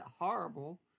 horrible